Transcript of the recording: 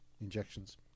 Injections